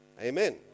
amen